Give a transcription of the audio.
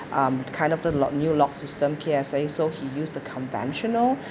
um kind of the lock new locks system K_S_A so he use the conventional